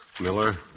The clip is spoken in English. Miller